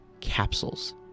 capsules